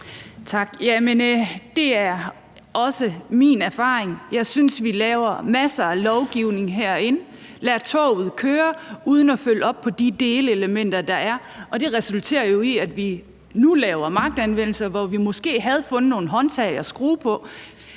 det er også min erfaring. Jeg synes, vi laver masser af lovgivning herinde, lader toget køre uden at følge op på de delelementer, der er, og det resulterer jo i, at vi nu griber til magtanvendelse, hvor vi måske havde fundet nogle håndtag at skrue på.